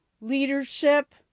leadership